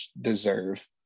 deserve